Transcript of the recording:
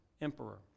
emperor